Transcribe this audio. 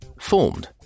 Formed